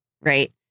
right